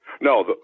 No